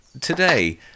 today